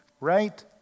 right